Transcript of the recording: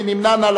מי נמנע?